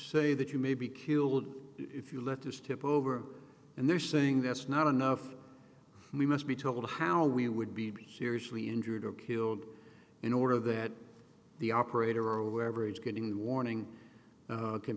say that you may be killed if you let this tip over and they're saying that's not enough we must be told how we would be seriously injured or killed in order that the operator or wherever it is getting a warning